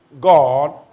God